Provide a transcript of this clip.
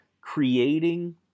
creating